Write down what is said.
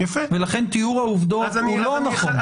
ולכן תיאור העובדות הוא לא נכון.